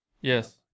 Yes